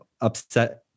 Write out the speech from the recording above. upset